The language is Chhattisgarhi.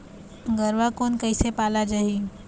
गरवा कोन कइसे पाला जाही?